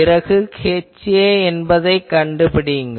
பிறகு HA என்பதைக் கண்டுபிடியுங்கள்